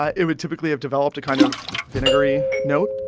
ah it would typically have developed a kind of vinegary note.